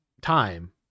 time